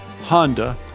Honda